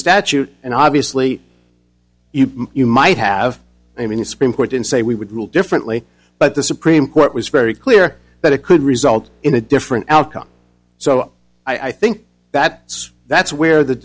statute and obviously you might have i mean a supreme court didn't say we would rule differently but the supreme court was very clear that it could result in a different outcome so i think that's that's where the